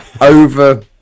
over